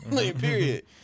period